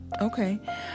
Okay